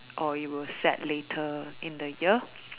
or it will set later in the year